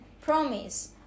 promise